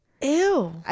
Ew